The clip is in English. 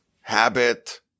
habit